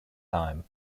time